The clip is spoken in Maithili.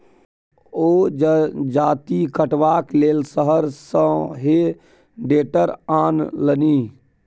ओ जजाति कटबाक लेल शहर सँ हे टेडर आनलनि